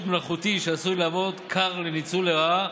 מלאכותי שעשוי להוות כר לניצול לרעה